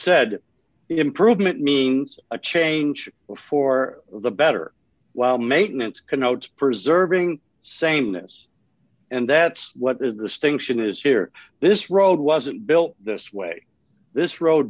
said improvement means a change for the better while maintenance connotes preserving sameness and that's what is the stink chin is here this road wasn't built this way this road